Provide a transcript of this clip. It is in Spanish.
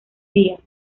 días